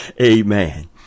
Amen